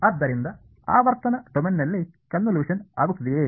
ಆದ್ದರಿಂದ ಆವರ್ತನ ಡೊಮೇನ್ನಲ್ಲಿ ಕನ್ವಿಲ್ಯೂಷನ್ ಆಗುತ್ತದೆಯೇ